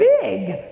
big